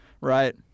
Right